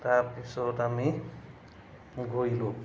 তাৰপিছত আমি গৈ দিলোঁ